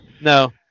No